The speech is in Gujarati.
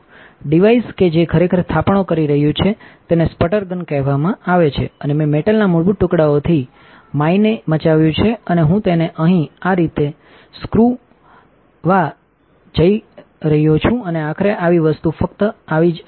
ડિવાઇસ કે જે ખરેખર થાપણો કરી રહ્યું છે તેને સ્પટર ગન કહેવામાં આવે છે અને મેંમેટલના મૂળભૂત ટુકડાઓથીમાઇનેનેમચાવ્યું છેઅને હું તેને અહીં આ રીતે સ્ક્રૂ કા toવા જઇ રહ્યો છું અને આખરે આખી વસ્તુ ફક્ત આવી જ આવે છે